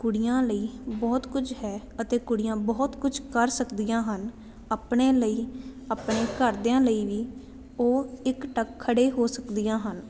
ਕੁੜੀਆਂ ਲਈ ਬਹੁਤ ਕੁਝ ਹੈ ਅਤੇ ਕੁੜੀਆਂ ਬਹੁਤ ਕੁਛ ਕਰ ਸਕਦੀਆਂ ਹਨ ਆਪਣੇ ਲਈ ਆਪਣੇ ਘਰਦਿਆਂ ਲਈ ਵੀ ਉਹ ਇੱਕ ਟਕ ਖੜੇ ਹੋ ਸਕਦੀਆਂ ਹਨ